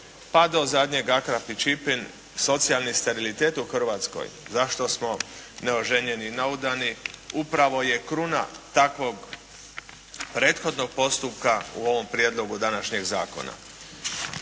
pa do zadnjeg Akrap i Čipin "Socijalni sterilitet u Hrvatskoj", zašto smo neoženjeni i neudani upravo je kruna takvog prethodnog postupka u ovom prijedlogu današnjeg zakona.